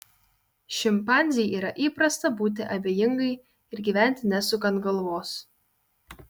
šimpanzei yra įprasta būti abejingai ir gyventi nesukant galvos